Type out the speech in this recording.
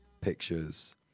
pictures